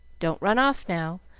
don't run off, now,